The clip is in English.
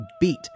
beat